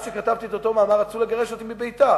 אז, כשכתבתי את אותו מאמר רצו לגרש אותי מבית"ר,